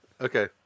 Okay